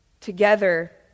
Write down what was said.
together